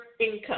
income